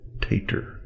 tater